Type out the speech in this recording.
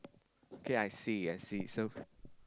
okay I see I see so